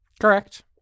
Correct